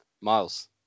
Miles